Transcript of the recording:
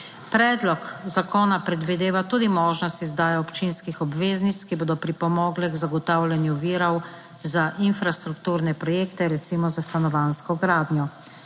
Predlog zakona predvideva tudi možnost izdaje občinskih obveznic, ki bodo pripomogle k zagotavljanju virov za infrastrukturne projekte, recimo za stanovanjsko gradnjo.